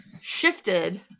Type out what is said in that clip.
shifted